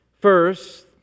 First